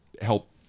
help